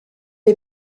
est